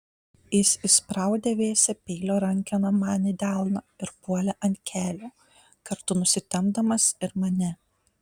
jis įspraudė vėsią peilio rankeną man į delną ir puolė ant kelių kartu nusitempdamas ir mane